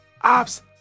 Ops